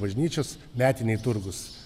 bažnyčios metiniai turgūs